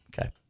Okay